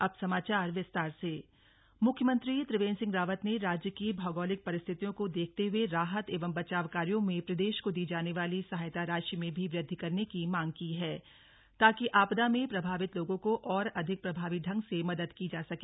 अब समाचार विस्तार से मांग मुख्यमंत्री त्रिवेन्द्र सिंह रावत ने राज्य की भौगोलिक परिस्थितियों को देखते हुए राहत एवं बचाव कार्यों में प्रदेश को दी जाने वाली सहायता राशि में भी वृद्धि करने की मांग की है ताकि आपदा में प्रभावित लोगों को और अधिक प्रभावी ढंग से मदद की जा सके